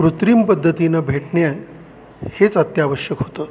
कृत्रिम पद्धतीनं भेटणे हेच अत्यावश्यक होतं